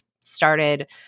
started